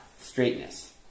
Straightness